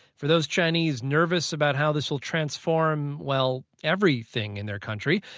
for those chinese nervous about how this will transform well, everything in their country,